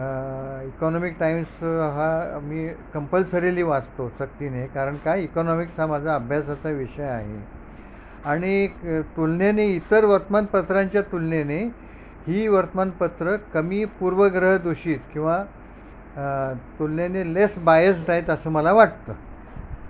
economic times हा मी compulsorily वाचतो शक्तीने कारण काय इकॉनॉमिक्स हा माझा अभ्यासाचा विषय आहे आणि तुलने इतर वर्तमानपत्रांच्या तुलने ही वर्तमानपत्र कमी पूर्वग्रहदोषित किंवा तुलने लेस बायस् आहेत असं मला वाटतं